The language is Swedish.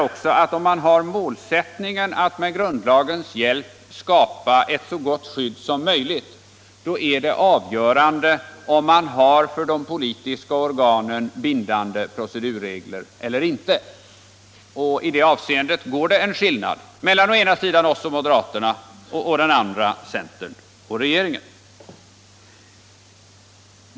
Men om vi har målsättningen att med grundlagens hjälp skapa ett så gott skydd som möjligt är det avgörande om det finns för de politiska organen bindande procedurregler eller inte. I det avseendet går det en skiljelinje mellan å ena sidan oss och moderaterna och å andra sidan centern och regeringen.